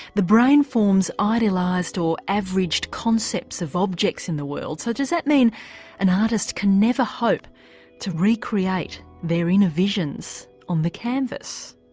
the brain forms idealised or averaged concepts of objects in the world, so does that mean an artist can never hope to recreate their inner visions on the canvas?